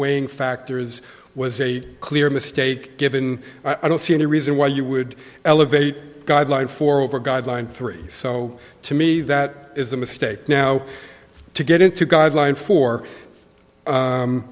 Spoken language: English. weighing factors was a clear mistake given i don't see any reason why you would elevate guideline for over a guideline three so to me that is a mistake now to get into guideline for